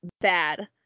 bad